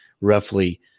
roughly